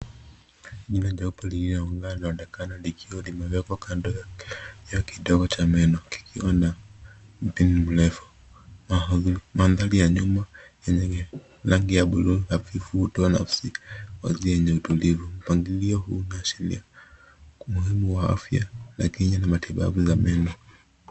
lile jobo la mungano Lililoonekana likiwa limewekwa kando ya kidogo cha meno kikiwa na mpini mrefu. Mandhari ya nyuma yenye rangi ya blue ya kuwatia nafsi wazi yanye utulivu. Mpangilio hii inaashiria nafsi muhimu wa afya na kinyana matibabu ya meno.